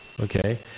Okay